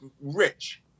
rich